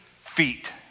feet